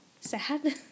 sad